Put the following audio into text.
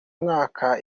mwaka